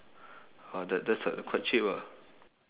oh that that's uh quite cheap ah